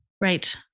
Right